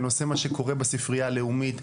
בנושא מה שקורה בספרייה הלאומית,